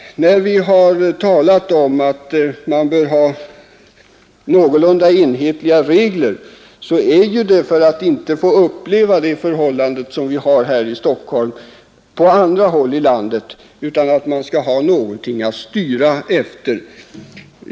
När vi har talat om att man bör ha någorlunda enhetliga regler är det ju för att inte få uppleva det förhållande som vi har här i Stockholm på andra håll i landet, utan man skall ha någonting att styra efter.